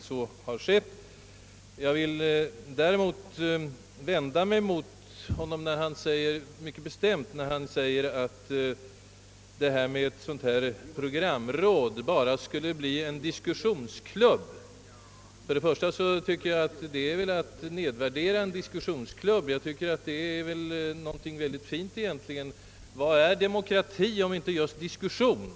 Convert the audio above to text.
Jag vill däremot mycket bestämt vända mig mot honom när han säger att ett dylikt programråd bara skulle bli en diskussionsklubb. Det lät som en nedvärdering av en sådan klubb, som jag tycker är någonting mycket fint, när den fungerar. Vad är demokrati om inte just diskussion?